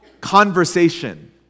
conversation